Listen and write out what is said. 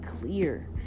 clear